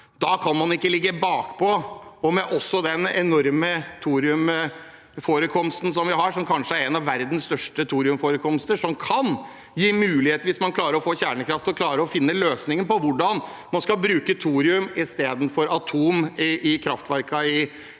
kan man ikke ligge bakpå. Vi har også en enorm thoriumforekomst, kanskje en av verdens største thoriumforekomster, som kan gi muligheter hvis man klarer å få kjernekraft og klarer å finne løsninger på hvordan man skal bruke thorium istedenfor f.eks. uran i kraftverkene